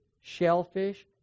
shellfish